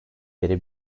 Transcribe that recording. beri